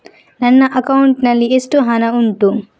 ನನ್ನ ಅಕೌಂಟ್ ನಲ್ಲಿ ಎಷ್ಟು ಹಣ ಉಂಟು?